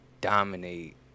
dominate